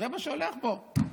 תראה מה שהולך פה.